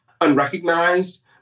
unrecognized